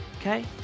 okay